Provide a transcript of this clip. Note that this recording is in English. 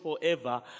forever